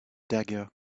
dagger